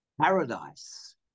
paradise